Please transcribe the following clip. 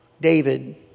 David